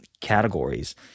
categories